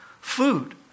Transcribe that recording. food